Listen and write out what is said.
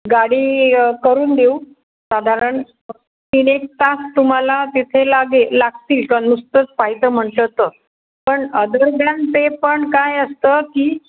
गाडी करून देऊ साधारण तीन एक तास तुम्हाला तिथे लागेल लागतील का नुसतंच पाह्यचं म्हटलं तर पण अदर दॅन ते पण काय असतं की